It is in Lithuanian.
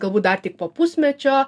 galbūt dar tik po pusmečio